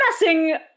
messing